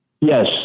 Yes